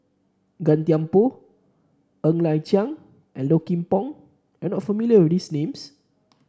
Gan Thiam Poh Ng Liang Chiang and Low Kim Pong are not familiar with these names